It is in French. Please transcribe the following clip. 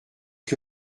que